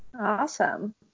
Awesome